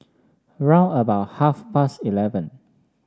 round about half past eleven